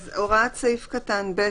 אז הוראת סעיף קטן (ב),